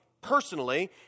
personally